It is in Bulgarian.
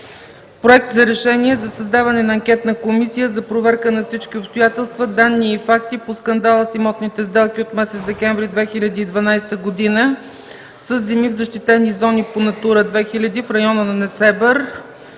проекта за решение. „РЕШЕНИЕ за създаване на Анкетна комисия за проверка на всички обстоятелства, данни и факти по скандала с имотните сделки от месец декември 2012 г. със земи в защитени зони по Натура 2000 в района на Несебър,